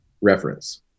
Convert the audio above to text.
reference